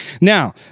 Now